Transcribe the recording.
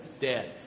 Dead